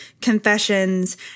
confessions